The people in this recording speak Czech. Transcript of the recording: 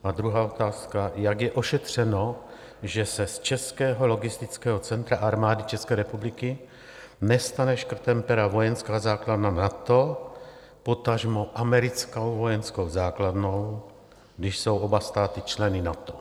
A druhá otázka: Jak je ošetřeno, že se z českého logistického centra Armády České republiky nestane škrtem pera vojenská základna NATO, potažmo americká vojenská základna, když jsou oba státy členy NATO?